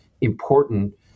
important